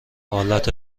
حالت